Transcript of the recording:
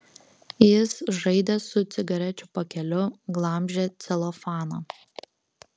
jis žaidė su cigarečių pakeliu glamžė celofaną